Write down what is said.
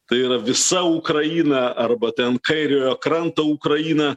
tai yra visa ukraina arba ten kairiojo kranto ukraina